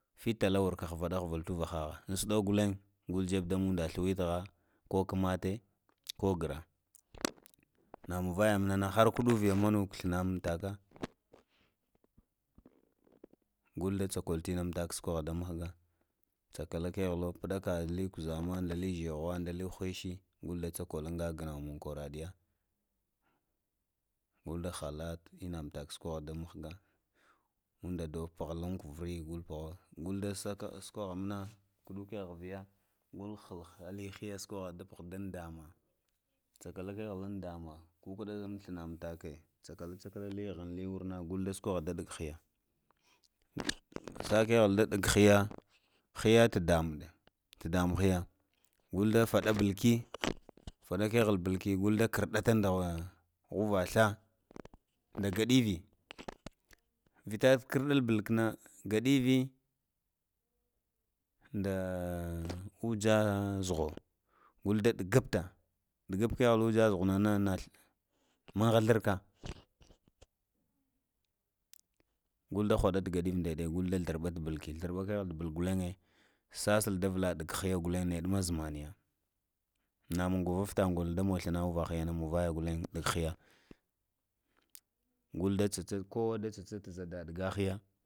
Fətə tala warha ghvaɗa ghvad tu ghvaha dauɗoko ghalvnŋ na jabe dariŋ dam manda suwitaghaha ko komatah ko gara na manŋ vana na munŋnana ko kuɗuko viaya munvana manana thlana umtaka ghul da cakdo inna umtako suko ho da mughga, cakala kahelo paɗaka li kuzama da li zuha da le hashe anda da cakolo anza ghanewa manŋ kwaraŋiya ghul da halta sukdo da mughga ond ɗoyo puhalo cnaŋ kavure ghalo pahalo, ghul da sukoho mana hulo alaniy higa sahoho dan dagha caka kehe dori dangha kukuɗa thlana umtake, cakalo cakalo le ghŋada le worna da lit həya sa keghil da ɗug həya, həya to dama, tu dama hya go faɗə ɓalkə, faɗa keghəl ɓulke go ka karɗata da ghva dsla da ghaɗivi vita kurɗul ɓulkə na gaɗava, dah uja huzo da ɗugufta ɗugaf kehe aja kuzo na na manŋ dzurka ghul da haŋuft ɗanufi da neɗe gul da, ndurɓata da neɗe ɓulkə gane gulanŋo da ndurɓetakehe golang sasai da vula ɗughiya ghulaŋe naɗe muna ma zumanŋye na manŋ govay ufta mun da mogo fləna uvahana munvaja dughiya nava ma zamanya galo kowa da tsatuta zada ŋɗaga hiya.